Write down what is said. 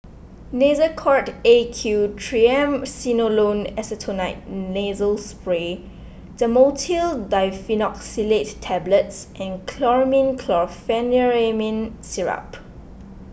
Nasacort A Q Triamcinolone Acetonide Nasal Spray Dhamotil Diphenoxylate Tablets and Chlormine Chlorpheniramine Syrup